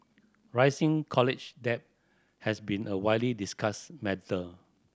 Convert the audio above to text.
rising college debt has been a widely discussed matter